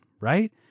right